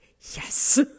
yes